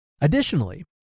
Additionally